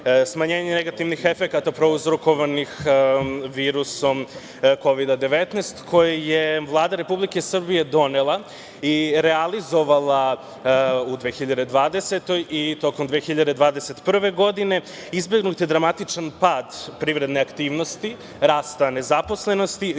smanjenje negativnih efekata prouzrokovanih virusom Kovida 19 koji je Vlada Republike Srbije donela i realizovala u 2020. godini i tokom 2021. godine izbegnut je dramatičan pad privredne aktivnosti rasta nezaposlenosti